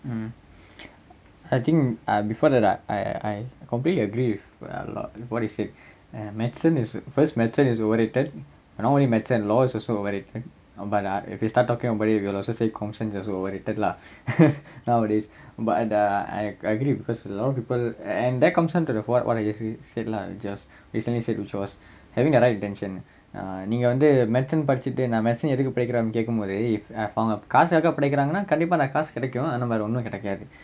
mm I think uh before that I I I completely agree with a lot of what you said uh medicine is first medicine is overrated and only medicine law is also overrated but ah if you start talking about it you will also say com science also overrated lah nowadays but err I I agree because a lot of people and that comes in to what I already said lah just recently said which was having the right intention err நீங்க வந்து:neenga vanthu medicine படிச்சிட்டு நா:padichittu naa medicine எதுக்கு படிக்கிறோம்னு கேக்கும் போது:ethukku padikkiromnu kekkum pothu if of அவங்க காசாக்க படிக்கிறாங்கனா கண்டிப்பா அந்த காசு கிடைக்கும் அந்த மாறி ஒன்னும் கிடைக்காது:avanga kasaakka padikkiraangana kandippaa antha kaasu kidaikkum antha maari onnum kidaikkaathu